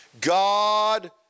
God